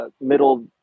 middle